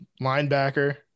Linebacker